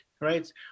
right